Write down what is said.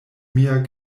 mian